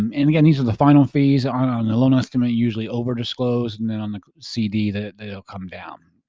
um and again these are the final fees on the and loan estimate usually over disclose and then on the cd that they'll come down.